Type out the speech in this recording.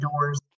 Doors